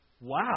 Wow